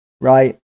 right